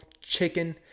chicken